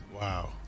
Wow